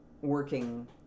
working